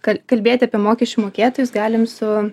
kal kalbėti apie mokesčių mokėtojus galim su